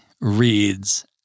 reads